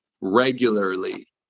regularly